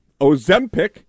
Ozempic